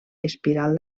espiral